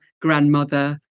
grandmother